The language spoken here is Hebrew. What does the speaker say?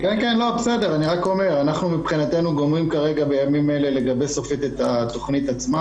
אנחנו גומרים בימים אלה לגבש סופית את התוכנית עצמה,